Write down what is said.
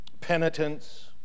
penitence